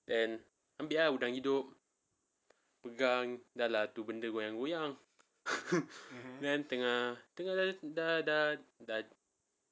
then ambil ah udang hidup pegang lah benda tu goyang-goyang then tengah tengah dah dah dah